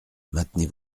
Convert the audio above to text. maintenez